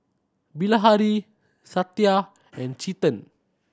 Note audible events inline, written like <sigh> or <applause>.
Bilahari Satya <noise> and Chetan